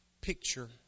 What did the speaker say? picture